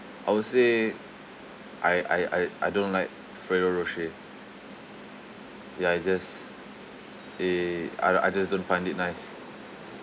I would say I I I I don't like Ferrero Rocher ya it just it I don~ I just don't find it nice